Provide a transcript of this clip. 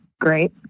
great